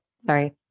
sorry